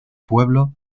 pueblo